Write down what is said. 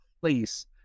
place